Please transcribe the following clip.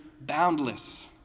boundless